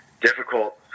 difficult